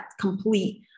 complete